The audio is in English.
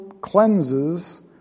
cleanses